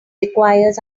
requires